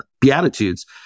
Beatitudes